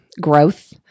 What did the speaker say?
growth